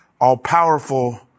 all-powerful